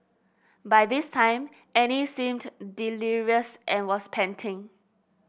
by this time Annie seemed delirious and was panting